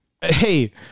hey